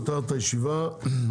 אני פותח את הישיבה בנושא: